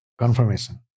confirmation